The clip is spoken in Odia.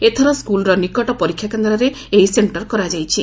ଏଥର ସ୍କୁଲର ନିକଟ ପରୀକ୍ଷା କେନ୍ଦରେ ଏହି ସେକ୍କର କରାଯାଇଛି